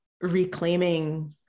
reclaiming